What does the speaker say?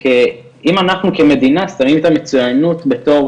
כי אם אנחנו כמדינה שמים את המצוינות בתור